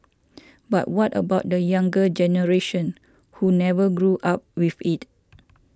but what about the younger generation who never grew up with it